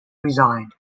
resigned